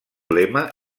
lema